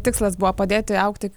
tikslas buvo padėti augti